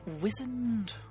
wizened